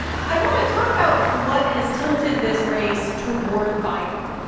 i want to talk about what has tilted this race toward biden,